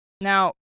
Now